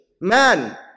man